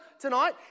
tonight